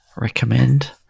recommend